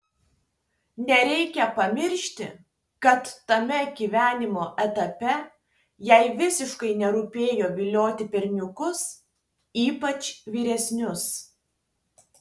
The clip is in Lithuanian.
nereikia pamiršti kad tame gyvenimo etape jai visiškai nerūpėjo vilioti berniukus ypač vyresnius